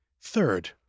Third